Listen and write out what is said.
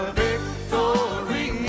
victory